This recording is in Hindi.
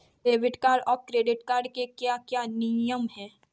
डेबिट कार्ड और क्रेडिट कार्ड के क्या क्या नियम हैं?